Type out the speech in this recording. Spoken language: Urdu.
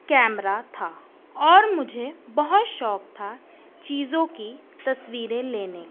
کیمرہ تھا اور مجھے بہت شوق تھا چیزوں کی تصویریں لینے کا